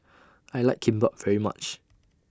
I like Kimbap very much